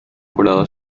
jurado